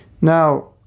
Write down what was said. Now